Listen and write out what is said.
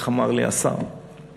איך אמר לי שר השיכון?